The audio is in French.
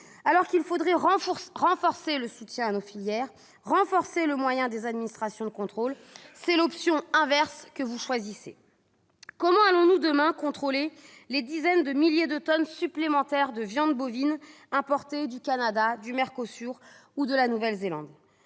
Alors qu'il faudrait renforcer le soutien à nos filières, ainsi que les moyens attribués aux administrations de contrôle, c'est l'option inverse que vous choisissez ! Comment allons-nous, demain, contrôler les dizaines de milliers de tonnes supplémentaires de viande bovine importées du Canada, du Mercosur ou de la Nouvelle-Zélande ?